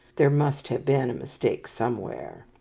there must have been a mistake somewhere.